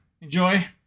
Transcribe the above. Enjoy